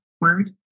word